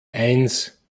eins